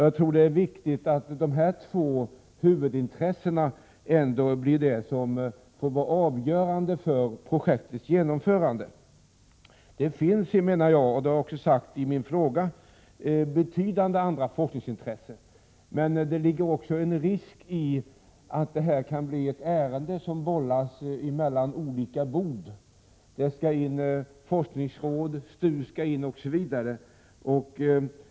Jag tror att det är viktigt att dessa två huvudintressen får vara avgörande för projektets genomförande. Det finns, vilket jag också har sagt i min fråga, betydande andra forskningsintressen. Men det finns en risk att detta kan bli ett ärende som bollas mellan olika bord. Forskningsråd, STU m.fl. skall kopplas in.